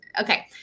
okay